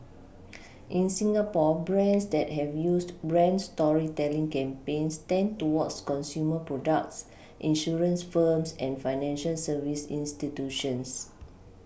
in Singapore brands that have used brand storytelling campaigns tend towards consumer products insurance firms and financial service institutions